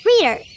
Reader